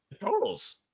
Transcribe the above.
Totals